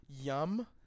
yum